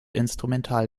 instrumental